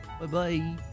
Bye-bye